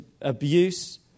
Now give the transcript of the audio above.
abuse